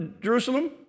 Jerusalem